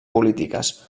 polítiques